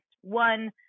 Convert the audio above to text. one